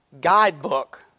guidebook